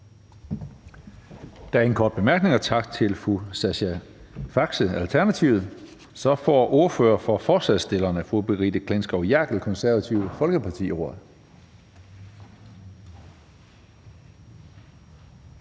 Der er ingen korte bemærkninger. Tak til fru Sascha Faxe, Alternativet. Så får ordføreren for forslagsstillerne, fru Brigitte Klintskov Jerkel, Det Konservative Folkeparti,